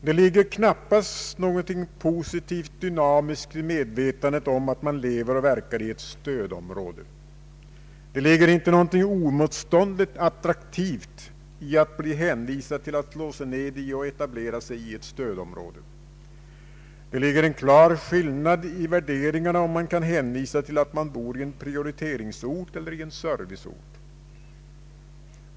Det ligger knappast någonting positivt dynamiskt i medvetandet om att man lever och verkar i ett ”stödområde”. Det ligger inte någonting oemotståndligt attraktivt i att bli hänvisad till att slå sig ned och etablera sig i ett ”stödområde”. Det ligger en klar skillnad i värderingarna om man kan hänvisa till att man bor i en prioriteringsort eller i en serviceort.